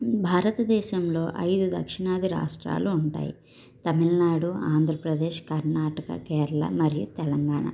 భారతదేశంలో ఐదు దక్షిణాది రాష్ట్రాలు ఉంటాయి తమిళనాడు ఆంధ్ర ప్రదేశ్ కర్ణాటక కేరళ మరియు తెలంగాణ